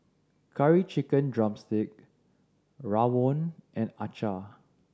Curry Chicken drumstick rawon and acar